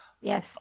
Yes